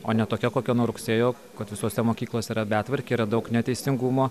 o ne tokia kokia nuo rugsėjo kad visose mokyklose yra betvarkė yra daug neteisingumo